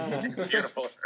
Beautiful